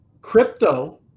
crypto